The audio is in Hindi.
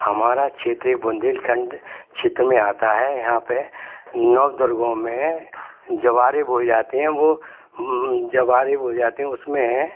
हमारा क्षेत्रीय बुंदेलखंड क्षेत्र में आता है यहाँ पर नवदुर्गों में जवारे बोए जाते हैं वो जवारे बोए जाते उसमें